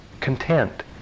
content